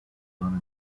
zone